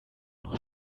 noch